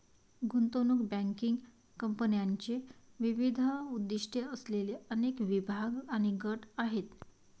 गुंतवणूक बँकिंग कंपन्यांचे विविध उद्दीष्टे असलेले अनेक विभाग आणि गट आहेत